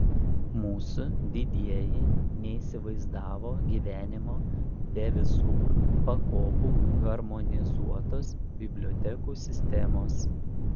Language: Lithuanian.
mūsų didieji neįsivaizdavo gyvenimo be visų pakopų harmonizuotos bibliotekų sistemos